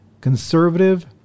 conservative